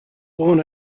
born